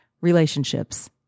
relationships